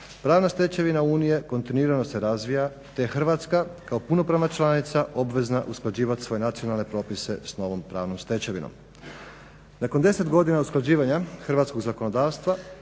pravna stečevina Unije kontinuirano se razvija te je Hrvatska kao punopravna članica obvezna usklađivati svoje nacionalne propise s novom pravnom stečevinom. Nakon deset godina usklađivanja hrvatskog zakonodavstva